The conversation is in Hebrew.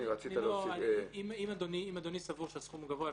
אם אדוני סבור שהסכום גבוה,